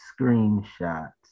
screenshots